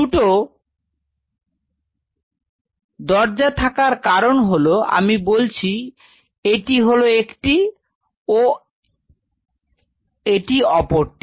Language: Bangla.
দুটো দরজা থাকার কারণ হলো আমি বলছি এটি হলো একটি এবং এটি অপরটি